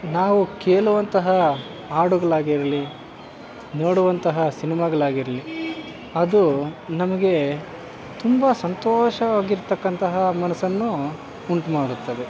ನಾವು ಕೇಳುವಂತಹ ಹಾಡುಗಳಾಗಿರ್ಲಿ ನೋಡುವಂತಹ ಸಿನಿಮಾಗಳಾಗಿರ್ಲಿ ಅದು ನಮಗೆ ತುಂಬ ಸಂತೋಷವಾಗಿರ್ತಕ್ಕಂತಹ ಮನಸನ್ನು ಉಂಟು ಮಾಡುತ್ತದೆ